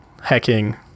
hacking